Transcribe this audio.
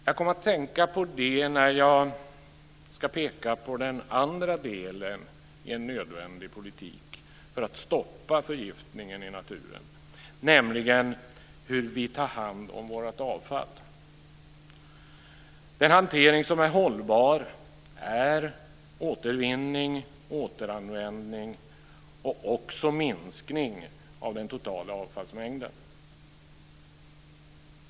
Jag kommer att tänka på det när jag ska peka på den andra delen i en nödvändig politik för att stoppa förgiftningen i naturen, nämligen hur vi tar hand om vårt avfall. En hantering som är hållbar är återvinning, återanvändning och också minskning av den totala avfallsmängden.